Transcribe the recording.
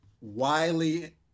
Wiley